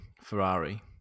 Ferrari